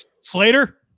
Slater